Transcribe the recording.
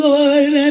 Lord